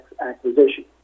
acquisition